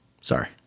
Sorry